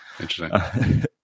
Interesting